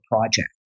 project